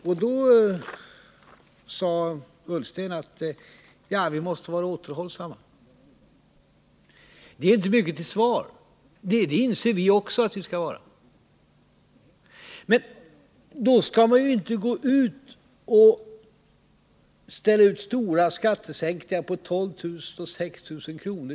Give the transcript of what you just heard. Ola Ullsten sade att vi måste vara återhållsamma. Det är inte mycket till svar. Också vi inser att det krävs återhållsamhet. Men då skall man inte gå ut och ställa i utsikt skattesänkningar på 12 000 kr. och 6 000 kr.